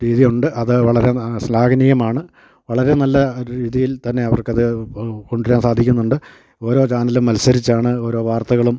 രീതിയുണ്ട് അത് വളരെ ആ സ്ലാഹനീയമാണ് വളരെ നല്ല രീതിയിൽ തന്നെ അവർക്കത് കൊണ്ടുവരാൻ സാധിക്കുന്നുണ്ട് ഓരോ ചാനലും മത്സരിച്ചാണ് ഓരോ വാർത്തകളും